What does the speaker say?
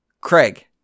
Craig